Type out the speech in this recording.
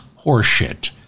horseshit